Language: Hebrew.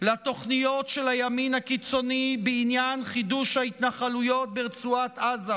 לתוכניות של הימין הקיצוני בעניין חידוש ההתנחלויות ברצועת עזה,